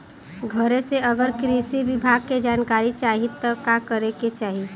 घरे से अगर कृषि विभाग के जानकारी चाहीत का करे के चाही?